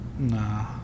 Nah